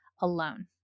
alone